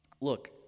look